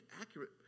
accurate